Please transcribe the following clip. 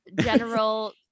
general